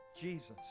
Jesus